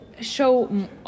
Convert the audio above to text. show